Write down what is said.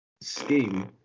scheme